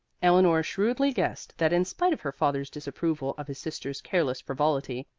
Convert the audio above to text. eleanor shrewdly guessed that in spite of her father's disapproval of his sister's careless frivolity,